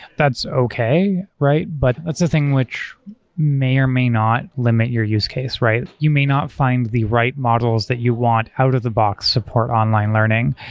that's okay, right? but that's the thing which may or may not limit your use case. you may not find the right models that you want out-of-the-box support online learning,